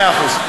מאה אחוז.